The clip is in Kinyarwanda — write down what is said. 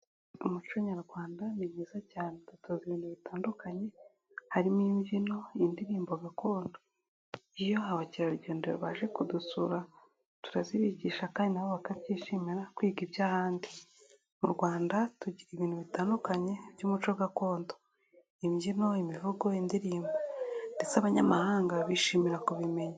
Umuco nyarwanda ni mwiza cyane ugutoza ibintu bitandukanye. Harimo imbyino, indirimbo gakondo. Iyo abakerarugendo baje kudusura turazibigisha kandi nabo bakabyishimira kwiga iby'ahandi. Mu Rwanda tugira ibintu bitandukanye by'umuco gakondo: imbyino, imivugo, indirimbo ndetse abanyamahanga bishimira kubimenya.